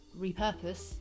repurpose